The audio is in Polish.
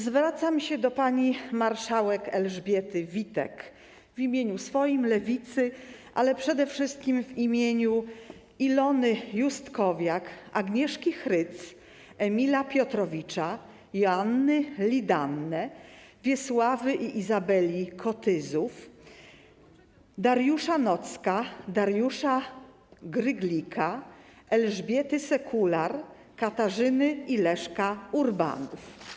Zwracam się do pani marszałek Elżbiety Witek w imieniu swoim i Lewicy, ale przede wszystkim w imieniu Ilony Justkowiak, Agnieszki Chryc, Emila Piotrowicza, Joanny Liddane, Wiesława i Izabeli Kotyzów, Dariusza Nocka, Dariusza Gryglika, Elżbiety Sekular, Katarzyny i Leszka Urbanów.